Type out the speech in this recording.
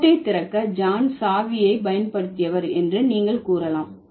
பூட்டை திறக்க ஜான் சாவியை பயன்படுத்தியவர் என்று நீங்கள் கூறலாம்